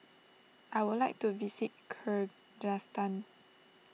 I would like to visit Kyrgyzstan